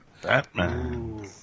Batman